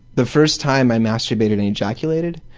the first time i masturbated and ejaculated,